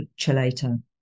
chelator